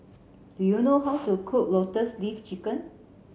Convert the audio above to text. do you know how to cook lotus leaf chicken